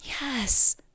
Yes